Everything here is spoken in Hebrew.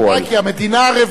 ודאי, כי המדינה ערבה.